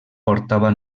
portava